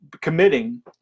committing